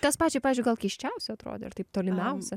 kas pačiai pavyzdžiui gal keisčiausia atrodė ar taip tolimiausia